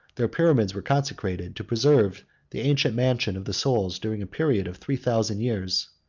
their pyramids were constructed, to preserve the ancient mansion of the soul, during a period of three thousand years.